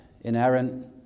inerrant